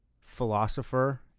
Philosopher